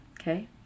Okay